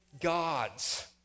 gods